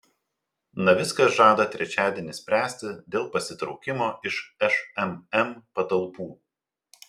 navickas žada trečiadienį spręsti dėl pasitraukimo iš šmm patalpų